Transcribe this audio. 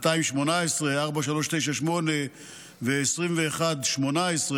218, 4398 ו-2118.